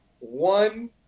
one